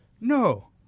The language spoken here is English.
no